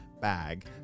bag